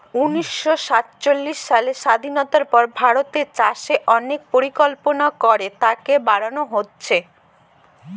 উনিশশো সাতচল্লিশ সালের স্বাধীনতার পর ভারতের চাষে অনেক পরিকল্পনা করে তাকে বাড়নো হয়েছে